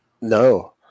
No